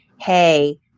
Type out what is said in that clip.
Hey